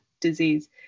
disease